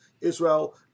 Israel